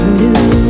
new